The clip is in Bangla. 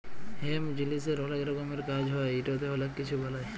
হেম্প জিলিসের অলেক রকমের কাজ হ্যয় ইটতে অলেক কিছু বালাই